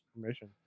permission